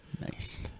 Nice